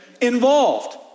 involved